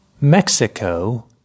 Mexico